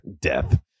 Death